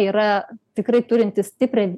yra tikrai turintys stiprią